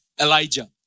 Elijah